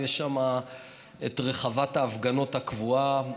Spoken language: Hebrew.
יש שם את רחבת ההפגנות הקבועה,